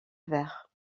vers